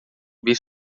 ouvir